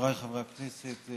חבריי חברי הכנסת,